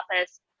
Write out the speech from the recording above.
office